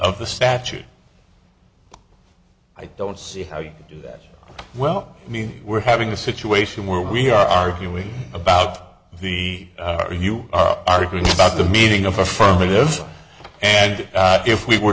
of the statute i don't see how you do that well i mean we're having a situation where we are arguing about the are you arguing about the meaning of affirmative and if we were